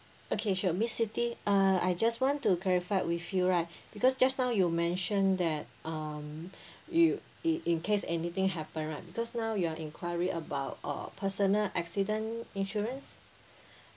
okay sure miss siti uh I just want to clarify with you right because just now you mention that um you it in case anything happen right because now you're enquiring about uh personal accident insurance